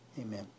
Amen